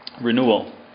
Renewal